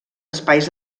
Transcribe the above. espais